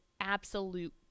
absolute